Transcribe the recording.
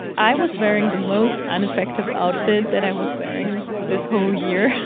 i was wearing the most unattractive outfit that i was wearing this whole year